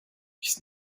ist